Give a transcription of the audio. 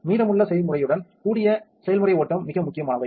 மீதமுள்ள செய்முறையுடன் கூடிய செயல்முறை ஓட்டம் மிக முக்கியமானவை